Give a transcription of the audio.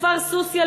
הכפר סוסיא,